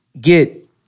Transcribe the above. get